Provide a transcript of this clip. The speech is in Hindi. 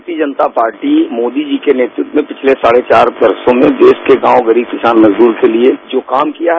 भारतीय जनता पार्टी मोदी जी के नेतृत्व में पिछले साढ़े चार वर्षो से देश के गांव गरीब किसान मजदूर के लिये जो काम किया है